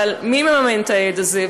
אבל מי מממן את העד הזה?